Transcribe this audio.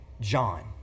John